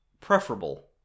preferable